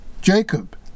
Jacob